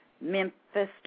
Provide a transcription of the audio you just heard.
Memphis